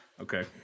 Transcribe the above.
okay